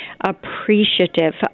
appreciative